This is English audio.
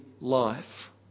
life